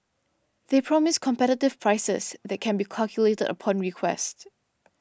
they promise competitive prices they can be calculated upon request